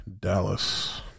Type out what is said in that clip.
Dallas